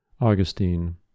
Augustine